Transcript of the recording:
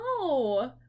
No